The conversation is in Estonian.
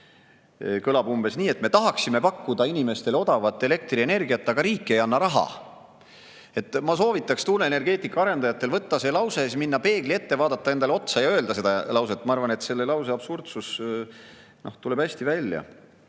kõlab umbes nii, et nad tahaksid pakkuda inimestele odavat elektrienergiat, aga riik ei anna raha. Ma soovitaks tuuleenergeetika arendajatel võtta see lause, minna peegli ette, vaadata endale otsa ja öelda seda lauset. Ma arvan, et selle lause absurdsus tuleb nii hästi välja.